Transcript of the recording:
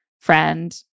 friend